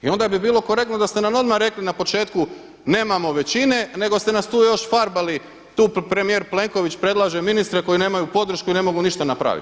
I onda bi bilo korektno da ste nam odmah rekli na početku nemamo većine nego ste nas tu još farbali tu premijer Plenković predlaže ministre koji nemaju podršku i ne mogu ništa napraviti.